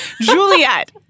Juliet